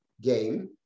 game